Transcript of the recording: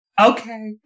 Okay